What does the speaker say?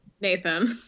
Nathan